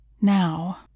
now